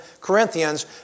Corinthians